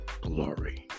glory